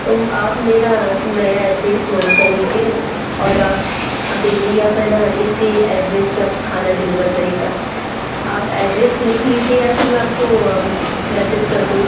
तो आप मेरा नया एड्रेस नोट कर लीजिए और आप डेली अब है न इसी एड्रेस पर अब खाना डिलीवर करिएगा आप एड्रेस लिख लीजिए या फिर मैं आपको मेसेज कर दूँ